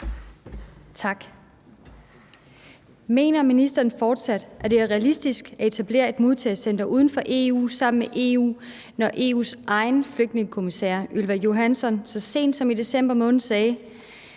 (V): Mener ministeren fortsat, at det er realistisk at etablere et modtagecenter uden for Europa sammen med EU, når EU’s egen flygtningekommissær, Ylva Johansson, så sent som i december måned sagde,